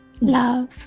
love